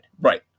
Right